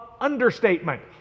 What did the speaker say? understatement